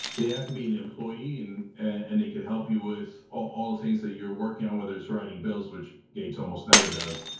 they have to be an employee and and they can help you with all the things that you're working on whether it's writing bills, which gaetz almost never does,